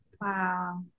Wow